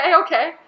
okay